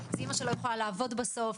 זאת אמא שלא יכולה לעבוד בסוף,